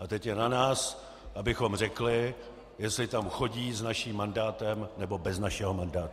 A teď je na nás, abychom řekli, jestli tam chodí s naším mandátem, nebo bez našeho mandátu.